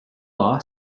law